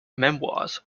memoirs